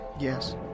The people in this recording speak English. Yes